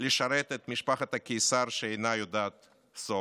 לשרת את משפחת הקיסר שאינה יודעת שובע,